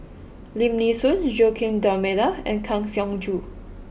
Lim Nee Soon Joaquim D'almeida and Kang Siong Joo